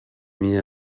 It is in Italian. mie